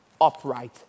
upright